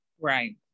Right